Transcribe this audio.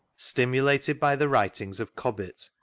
stimulated by the writings of cobbett,